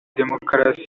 demokarasi